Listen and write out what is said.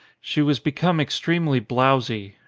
she was be come extremely blowsy.